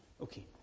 Okay